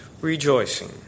rejoicing